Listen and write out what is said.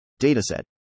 dataset